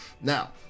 now